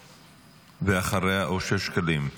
ואחריה, אושר שקלים.